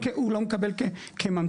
הוא לא מקבל כממתין,